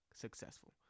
successful